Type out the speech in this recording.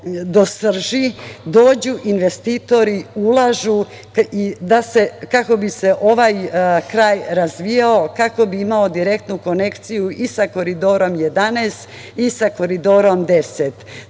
do srži, dođu investitori, ulažu, kako bi se ovaj kraj razvijao, kako bi imao direktnu konekciju i sa Koridorom 11 i sa Koridorom 10.